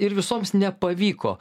ir visoms nepavyko